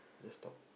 just talk